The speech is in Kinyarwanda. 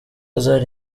zari